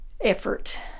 effort